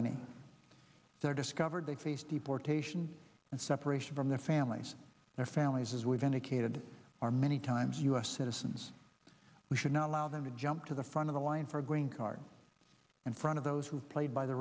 they're discovered they face deportation and separation from their families their families as we've indicated are many times u s citizens we should not allow them to jump to the front of the line for going card and front of those who played by the